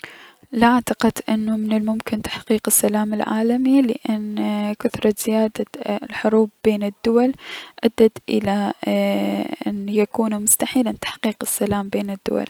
لا اعتقد انه من الممكن تحقيق السلام العالمي اـن كثرة زيادة الحروب بين الدول ادت الى ايي- اي- ان يكون مستحيلا تحقيق السلام بين الدول.